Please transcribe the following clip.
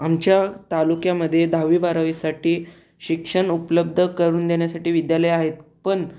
आमच्या तालुक्यामध्ये दहावीबारावीसाठी शिक्षण उपलब्ध करून देण्यासाठी विद्यालयं आहेत पण